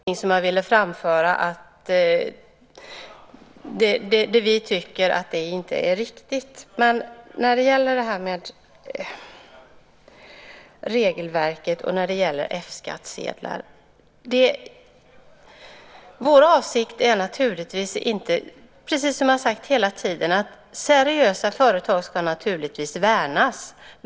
Herr talman! Jag beklagar om jag uppfattade Ulla Westers ton som raljerande. Men jag kände att det var någonting som jag ville framföra; vi tycker inte att det här är riktigt. När det gäller regelverket och F-skattsedlar är vår avsikt naturligtvis att seriösa företag ska värnas, precis som jag har sagt hela tiden.